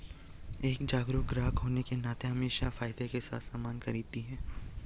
एक जागरूक ग्राहक होने के नाते अमीषा फायदे के साथ सामान खरीदती है